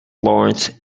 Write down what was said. laurence